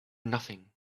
nothing